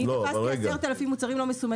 ראיתי את ההתמודדות